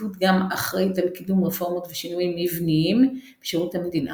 הנציבות גם אחראית על קידום רפורמות ושינויים מבניים בשירות המדינה.